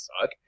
suck